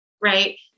Right